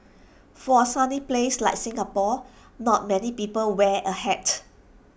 for A sunny place like Singapore not many people wear A hat